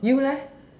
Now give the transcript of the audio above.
you leh